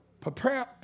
Prepare